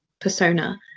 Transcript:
persona